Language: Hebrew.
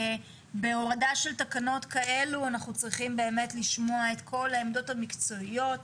בהורדה של תקנות כאלו אנחנו צריכים באמת לשמוע את כל העמדות המקצועיות,